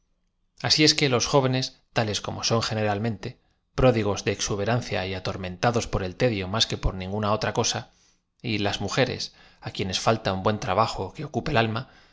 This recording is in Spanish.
si es que los jóvenes tales como son geocralmente pródigos de exuberancia y atormen tados por el tedio más que por ninguna otra cosa y las mujeres á quienea falta un buen trabajo que o cu pe el alma